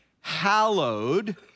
hallowed